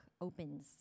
opens